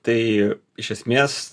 tai iš esmės